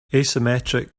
asymmetric